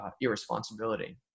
irresponsibility